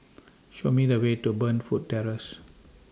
Show Me The Way to Burnfoot Terrace